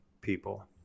people